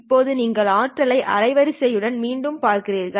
இப்போது நீங்கள் ஆற்றலை அலைவரிசை உடன் மீண்டும் பார்க்கிறீர்கள்